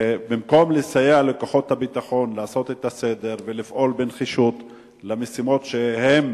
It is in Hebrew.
שבמקום לסייע לכוחות הביטחון לעשות סדר ולפעול בנחישות במשימות שהם